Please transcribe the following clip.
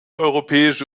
europäische